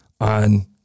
on